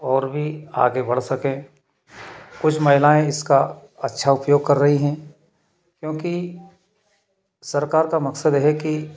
और भी आगे बढ़ सकें कुछ महिलाएँ इसका अच्छा उपयोग कर रही हैं क्योंकि सरकार का मकसद है कि